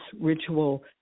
ritual